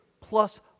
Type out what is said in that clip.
plus